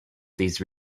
these